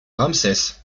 ramsès